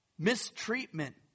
Mistreatment